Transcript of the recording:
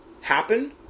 happen